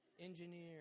engineer